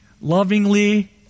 lovingly